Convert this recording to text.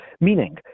Meaning